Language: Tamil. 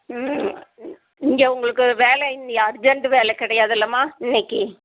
ம் இங்கே உங்களுக்கு வேலைனு அர்ஜென்ட் வேலை கிடையாதுல்லமா இன்னக்கு